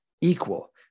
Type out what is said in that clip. equal